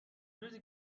روزی